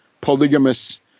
polygamous